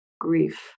grief